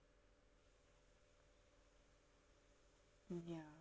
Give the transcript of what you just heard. hmm ya